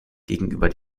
gegenüber